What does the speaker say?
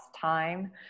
time